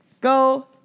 Go